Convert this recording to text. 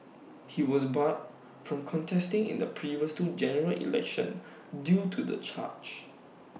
he was barred from contesting in the previous two general elections due to the charge